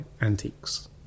antiques